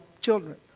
children